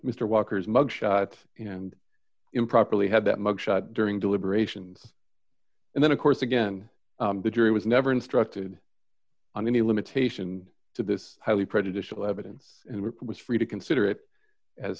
mr walker's mug shot and improperly had that mug shot during deliberations and then of course again the jury was never instructed on any limitation to this highly prejudicial evidence and were was free to consider it as